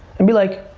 and be like,